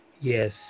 Yes